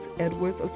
Edwards